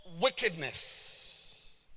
wickedness